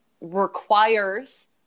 requires